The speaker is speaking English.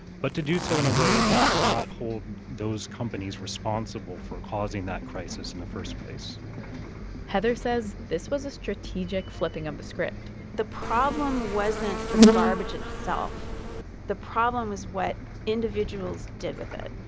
but to do so in a way that would not hold those companies responsible for causing that crisis in the first place heather says this was a strategic flipping of the script the problem wasn't the garbage itself the problem was what individuals did with it.